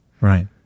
Right